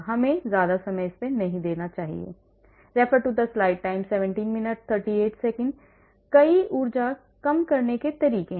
हमें ज्यादा समय नहीं देना चाहिए कई ऊर्जा कम करने के तरीके हैं